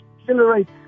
accelerate